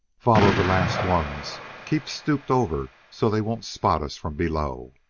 follow the last ones. keep stooped over so they won't spot us from below.